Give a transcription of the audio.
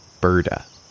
BIRDA